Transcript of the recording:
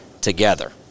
together